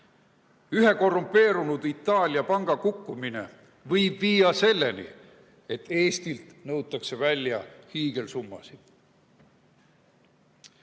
Ühe korrumpeerunud Itaalia panga kukkumine võib viia selleni, et Eestilt nõutakse välja hiigelsummasid.